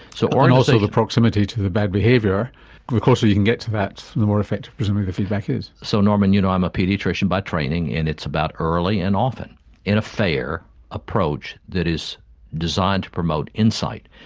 so um and also the proximity to the bad behaviour, the closer you can get to that the more effective presumably the feedback is. so norman, you know i am a paediatrician by training and it's about early and often in a fair approach that is designed to promote insight.